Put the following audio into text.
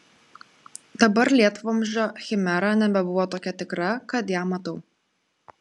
dabar lietvamzdžio chimera nebebuvo tokia tikra kad ją matau